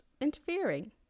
interfering